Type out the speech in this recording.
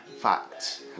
fact